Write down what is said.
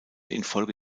infolge